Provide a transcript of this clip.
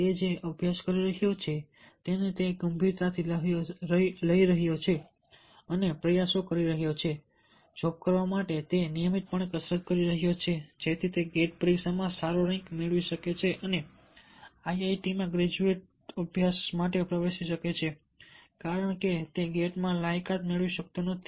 તે જે અભ્યાસ કરી રહ્યો છે તેને તે ગંભીરતાથી લઈ રહ્યો છે પ્રયાસો કરી રહ્યો છે જોબ કરવા માટે તે માટે નિયમિતપણે કસરત કરી રહ્યો છે જેથી તે ગેટ પરીક્ષામાં સારો રેન્ક મેળવી શકે અને IITમાં ગ્રેજ્યુએટ અભ્યાસ માટે પ્રવેશી શકે કારણ કે તે ગેટમાં લાયકાત મેળવી શકતો નથી